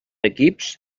equips